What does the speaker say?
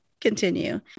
Continue